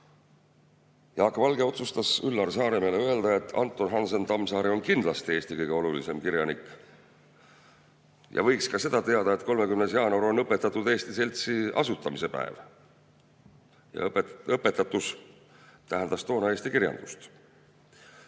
Jaak Valge otsustas Üllar Saaremäele öelda, et Anton Hansen Tammsaare on kindlasti Eesti kõige olulisem kirjanik. Võiks ka seda teada, et 30. jaanuar on Õpetatud Eesti Seltsi asutamise päev. Ja õpetatus tähendas toona eesti kirjandust.